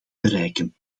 bereiken